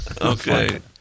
Okay